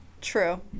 True